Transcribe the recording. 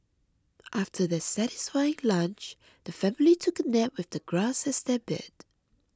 after their satisfying lunch the family took a nap with the grass as their bed